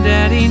Daddy